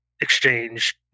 Exchange